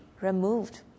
removed